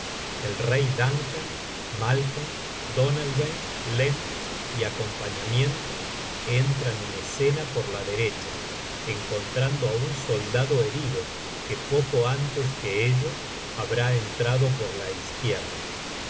el rey duncan malcolm donalbain lennox y acompañamiento entran en escena por la derecha encontrando á un soldado herido que poco antes que ellos habrá entrado por la izquierda